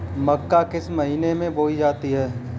मक्का किस महीने में बोई जाती है?